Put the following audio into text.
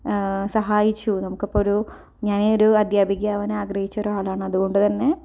സഹായിച്ചു നമുക്കപ്പം ഒരു ഞാനൊരു അദ്ധ്യാപിക ആവാനാഗ്രഹിച്ചൊരാളാണ് അതുകൊണ്ട് തന്നെ